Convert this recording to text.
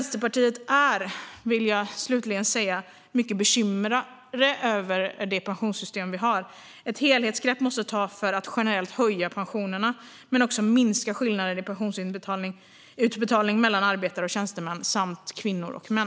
Slutligen: Vi i Vänsterpartiet är mycket bekymrade över det pensionssystem vi har. Ett helhetsgrepp måste tas för att generellt höja pensionerna och också minska skillnaderna i pensionsutbetalningar mellan arbetare och tjänstemän och mellan kvinnor och män.